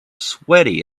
sweaty